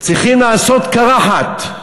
צריכים לעשות קרחת,